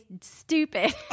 stupid